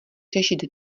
řešit